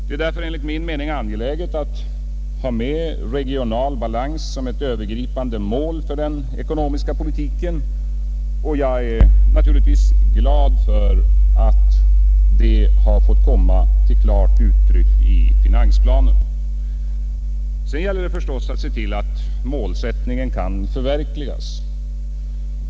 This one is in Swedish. Det är därför enligt min mening angeläget att ha med regional balans som ett övergripande mål för den ekonomiska politiken, och jag är naturligtvis glad för att denna tanke har fått komma till klart uttryck i finansplanen. Sedan gäller det förstås att se till att målsättningen kan förverkligas.